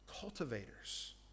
cultivators